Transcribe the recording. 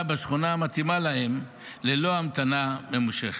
בשכונה המתאימה להם ללא המתנה ממושכת.